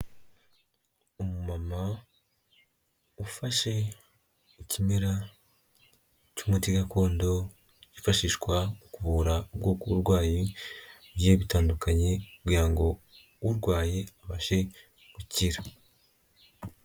Umumama ufashe ikimera cy'umuti gakondo kifashishwa mu kuvura ubwoko bw'uburwayi bugiye bitandukanye kugira ngo urwaye abashe gukira.